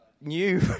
new